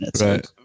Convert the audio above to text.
Right